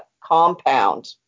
compound